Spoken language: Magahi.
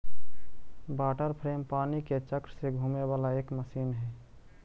वाटर फ्रेम पानी के चक्र से घूमे वाला एक मशीन हई